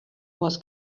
was